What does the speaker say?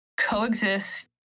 coexist